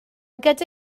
gyda